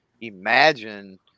imagine